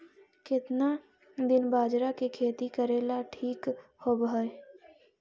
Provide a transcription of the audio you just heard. केतना दिन बाजरा के खेती करेला ठिक होवहइ?